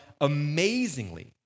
amazingly